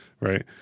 right